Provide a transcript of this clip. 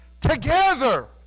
together